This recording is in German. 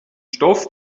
stoff